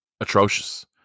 atrocious